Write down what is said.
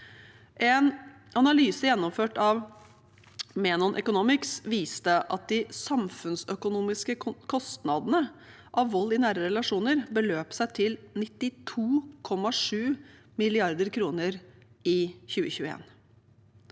En analyse gjennomført av Menon Economics viste at de samfunnsøkonomiske kostnadene av vold i nære relasjoner beløp seg til 92,7 mrd. kr i 2021.